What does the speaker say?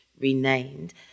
renamed